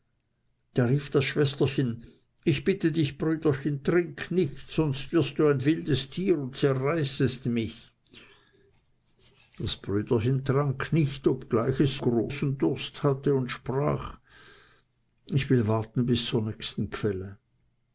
da rief das schwesterchen ich bitte dich brüderchen trink nicht sonst wirst du ein wildes tier und zerreißest mich das brüderchen trank nicht ob es gleich so großen durst hatte und sprach ich will warten bis zur nächsten quelle